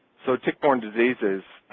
so tick-borne diseases,